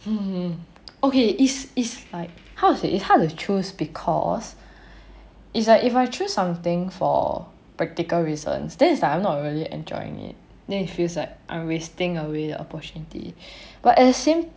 hmm okay is is like how to say it's hard to choose because it's like if I choose something for practical reasons then is like I'm not really enjoying it then it feels like I'm wasting away the opportunity but at the same